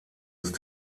ist